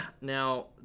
Now